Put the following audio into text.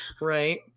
Right